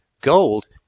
Gold